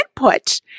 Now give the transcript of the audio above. input